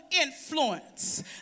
influence